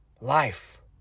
Life